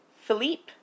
Philippe